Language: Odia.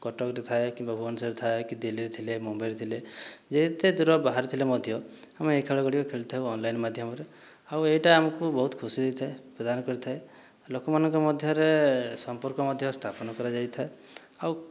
କଟକରେ ଥାଏ କିମ୍ବା ଭୁବନେଶ୍ୱରରେ ଥାଏ କି ଦିଲ୍ଲୀରେ ଥିଲେ ମୁମ୍ବାଇରେ ଥିଲେ ଯେତେ ଦୂର ବାହାରେ ଥିଲେ ମଧ୍ୟ ଆମେ ଏହି ଖେଳଗୁଡ଼ିକ ଖେଳିଥାଉ ଅନଲାଇନ୍ ମାଧ୍ୟମରେ ଆଉ ଏଇଟା ଆମକୁ ବହୁତ ଖୁସି ଦେଇଥାଏ ପ୍ରଦାନ କରିଥାଏ ଲୋକମାନଙ୍କ ମଧ୍ୟରେ ସମ୍ପର୍କ ମଧ୍ୟ ସ୍ଥାପନ କରାଯାଇଥାଏ ଆଉ